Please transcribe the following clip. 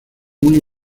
muy